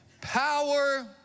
Power